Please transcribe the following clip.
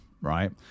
right